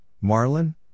marlin